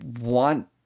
want